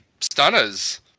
stunners